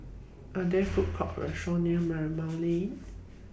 Are There Food Courts Or restaurants near Marymount Lane